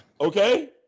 Okay